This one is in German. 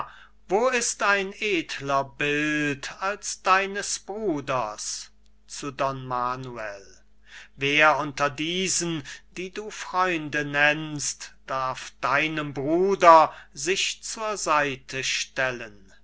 wo ist ein edler bild als deines bruders zu don manuel wer unter diesen die du freunde nennst darf deinem bruder sich zur seite stellen